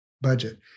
budget